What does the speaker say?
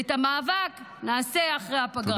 ואת המאבק נעשה אחרי הפגרה.